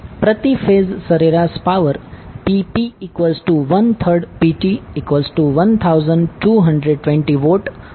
પ્રતિ ફેઝ સરેરાશ power PP13PT1220W મળશે